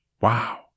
Wow